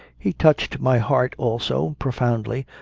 he touched my heart also, profoundly,